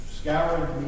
scoured